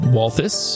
Walthus